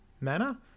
manner